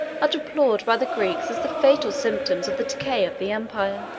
are deplored by the greeks as the fatal symptoms of the decay of the empire.